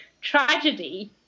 tragedy